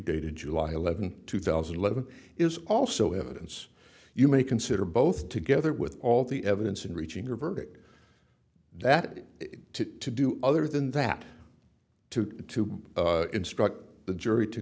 dated july eleventh two thousand and eleven is also evidence you may consider both together with all the evidence in reaching a verdict that is to do other than that to to instruct the jury to